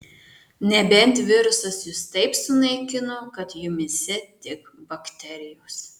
nebent virusas jus taip sunaikino kad jumyse tik bakterijos